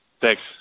Thanks